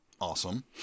awesome